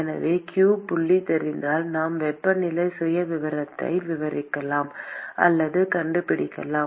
எனவே q புள்ளி தெரிந்தால் நாம் வெப்பநிலை சுயவிவரத்தை விவரிக்கலாம் அல்லது கண்டுபிடிக்கலாம்